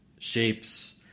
Shapes